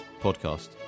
podcast